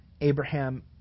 Abraham